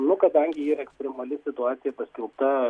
nu kadangi yra ekstremali situacija paskelbta